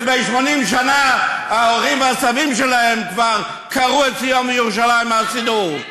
לפני 80 שנה ההורים והסבים שלהן כבר קרעו את ציון וירושלים מהסידור.